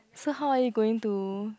so how are you going to